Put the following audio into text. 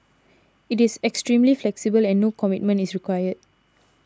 it is extremely flexible and no commitment is required